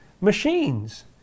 machines